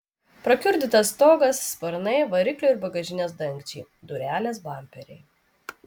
prakiurdytas stogas sparnai variklio ir bagažinės dangčiai durelės bamperiai